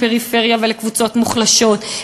לפריפריה ולקבוצות מוחלשות,